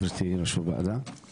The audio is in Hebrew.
גברתי יושבת ראש הוועדה,